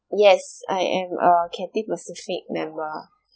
yes I am a Cathay Pacific member